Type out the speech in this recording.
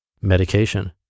Medication